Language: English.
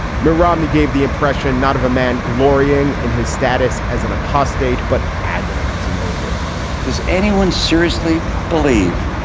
mitt romney gave the impression not of a man glorying in his status as an apostate, but agonizing over it does anyone seriously believe